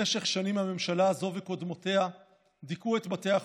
במשך שנים הממשלה הזו וקודמותיה דיכאו את בתי החולים,